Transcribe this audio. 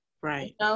Right